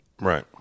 Right